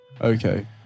Okay